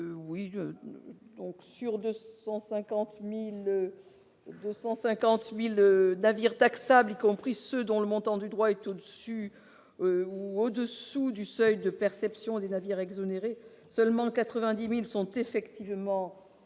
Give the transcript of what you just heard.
Sur 250 000 navires taxables, y compris ceux dont le montant du droit est au-dessus ou au-dessous du seuil de perception et les navires exonérés, seulement 90 000 sont effectivement taxés